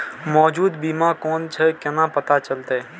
मौजूद बीमा कोन छे केना पता चलते?